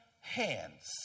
hands